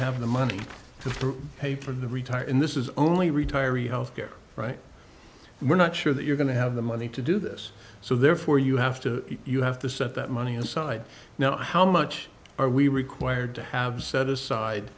have the money to pay for to retire in this is only retiree health care right and we're not sure that you're going to have the money to do this so therefore you you have to you have to set that money aside now how much are we required to have set aside